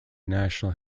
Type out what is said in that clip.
national